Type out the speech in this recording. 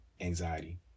Anxiety